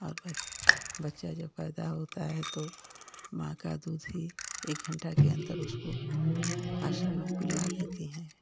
और बा बच्चा जब पैदा होता है तो माँ का दूध भी एक घंटा के अंदर उसको आशा लोग पिलवा देती है